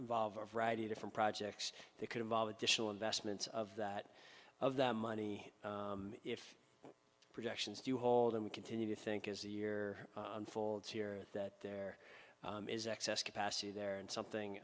involve a variety of different projects that could involve additional investments of that of that money if projections do hold and we continue to think as the year unfolds here that there is excess capacity there and something